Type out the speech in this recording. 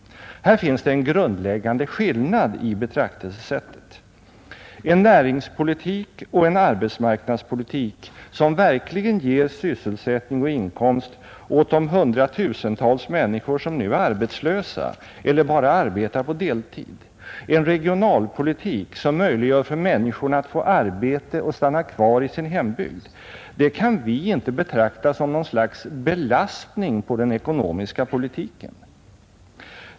Här finns det en grundläggande skillnad i betraktelsesättet. En näringspolitik och arbetsmarknadspolitik som verkligen bereder syssel sättning och inkomst åt det hundratusental människor som nu är arbetslösa eller bara arbetar på deltid, en regionalpolitik, som möjliggör för människorna att få arbete i sin hembygd och därmed kunna stanna kvar där kan vi inte betrakta som något slags belastning på den ekonomiska politiken.